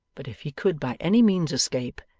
but if he could by any means escape,